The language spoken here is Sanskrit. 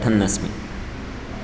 पठन्नस्मि